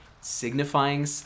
signifying